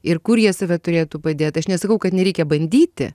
ir kur jie save turėtų padėt aš nesakau kad nereikia bandyti